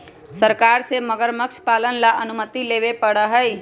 सरकार से मगरमच्छ पालन ला अनुमति लेवे पडड़ा हई